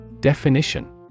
Definition